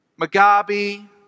Mugabe